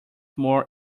more